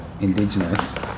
indigenous